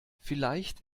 vielleicht